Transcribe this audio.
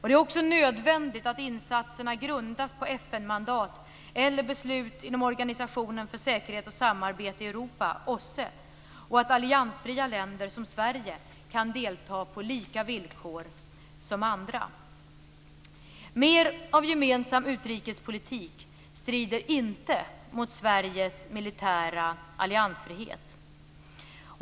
Det är också nödvändigt att insatserna grundas på FN-mandat eller beslut inom Organisation för säkerhet och samarbete i Europa, OSSE, och att alliansfria länder som Sverige kan delta på samma villkor som andra. Mer av gemensam utrikespolitik strider inte mot Sveriges militära alliansfrihet.